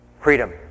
freedom